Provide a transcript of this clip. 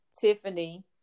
Tiffany